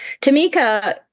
Tamika